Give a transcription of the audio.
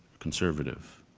conservative.